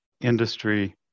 industry